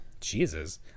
Jesus